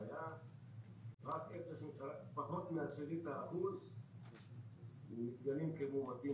ולראייה פחות מעשירית האחוז מתגלים כמאומתים